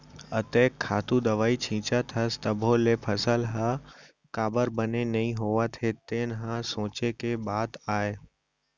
अतेक खातू दवई छींचत हस तभो ले फसल ह काबर बने नइ होवत हे तेन ह सोंचे के बात आय